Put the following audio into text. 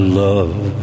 love